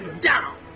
down